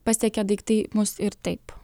pasiekia daiktai mus ir taip